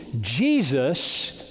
Jesus